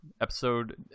Episode